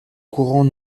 courants